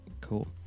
cool